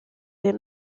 des